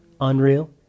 unreal